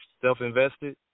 self-invested